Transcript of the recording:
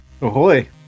Ahoy